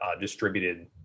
distributed